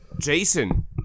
Jason